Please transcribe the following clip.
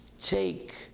take